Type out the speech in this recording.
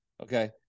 Okay